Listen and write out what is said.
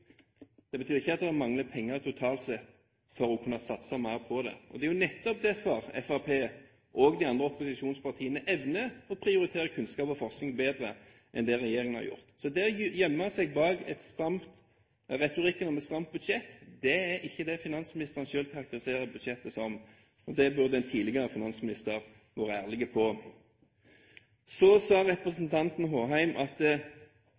det betyr ikke at det mangler penger totalt sett for å kunne satse mer på det. Det er nettopp derfor Fremskrittspartiet og de andre opposisjonspartiene evner å prioritere kunnskap og forskning bedre enn det regjeringen har gjort. Hun gjemmer seg bak retorikken om et stramt budsjett – det var ikke det finansministeren selv karakteriserte budsjettet som. Det burde en tidligere finansminister vært ærlig på. Så sa representanten Håheim at vi har flaks som er født i Norge, men det er ikke flaks at